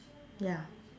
ya